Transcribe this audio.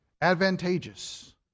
advantageous